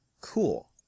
cool